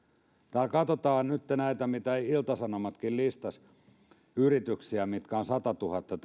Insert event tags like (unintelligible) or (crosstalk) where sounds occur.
tai katsotaan nytten näitä yrityksiä mitä ilta sanomatkin listasi mitkä ovat satatuhatta (unintelligible)